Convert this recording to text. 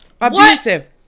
abusive